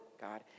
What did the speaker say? God